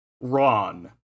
Ron